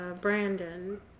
Brandon